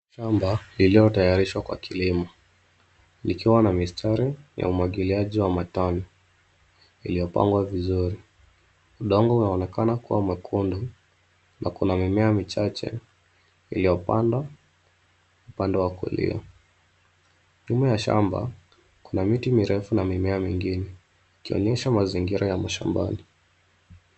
Shamba iliyotayarishwa kwa kilimo, likiwa na mistari ya umwagiliaji wa matone iliyopangwa vizuri. Udongo unaonekana kuwa mwekundu na kuna mimea michache iliyopandwa upande wa kulia. Nyuma ya shamba, kuna miti mirefu na mimea mingine, ikionyesha mazingira ya mashambani.